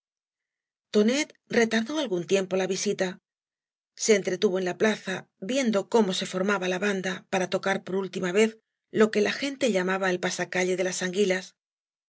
tonet retardó algáa tiempo la visita se entretuvo en la plaza viendo cómo se formaba la banda para tocar por ú tima vez o que la gente llamaba el pasacalle de las anguilas